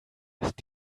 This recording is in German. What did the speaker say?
ist